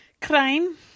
Crime